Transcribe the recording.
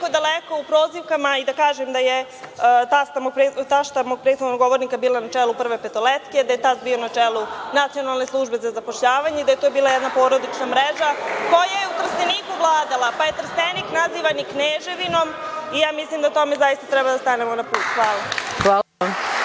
toliko daleko u prozivkama i da kažem da je tašta mog prethodnog govornika bila na čelu “Prve petoletke“, da je tast bio na čelu Nacionalne službe za zapošljavanje, da je to bila jedna porodična mreža koja je u Trsteniku vladala, pa je Trstenik nazivan i kneževinom? Ja mislim da tome zaista treba da stanemo na put. Hvala.